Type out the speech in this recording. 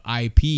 IP